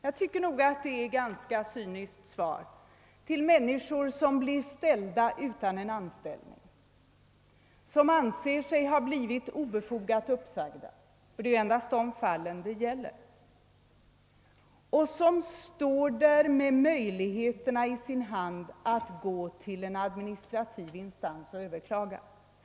Det är nog ett ganska cyniskt svar till människor som blir ställda utan anställning, som anser sig ha blivit obefogat uppsagda — det är endast sådana fall det gäller — och som står där med den enda möjligheten i sin hand att gå till en administrativ instans och Ööverklaga.